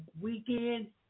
weekend